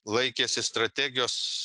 laikėsi strategijos